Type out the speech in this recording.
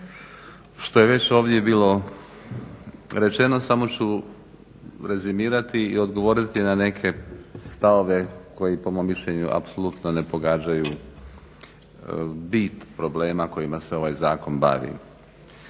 što je već ovdje bilo rečeno. Samo ću rezimirati i odgovoriti na neke stavove koji po mom mišljenju apsolutno ne pogađaju bit problema kojima se ovaj zakon bavi.